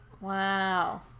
Wow